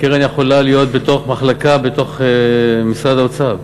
הקרן יכולה להיות מחלקה בתוך משרד האוצר.